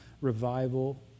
revival